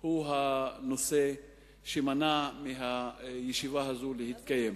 הוא הנושא שמנע שהישיבה הזאת להתקיים.